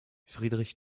friedrich